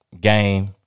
game